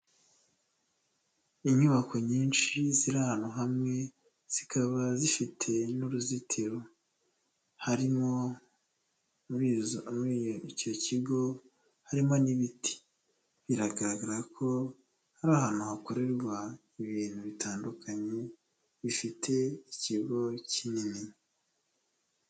Inyubako nyinshi ziri ahantu hamwe zikaba zifite n'uruzitiro harimo muri icyo kigo harimo n'ibiti, biragaragara ko hari ahantu hakorerwa ibintu bitandukanye bifite ikigo kinini.